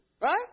Right